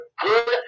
good